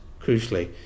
Crucially